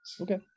Okay